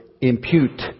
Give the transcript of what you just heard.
impute